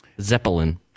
Zeppelin